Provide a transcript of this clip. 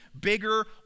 bigger